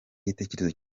igitekerezo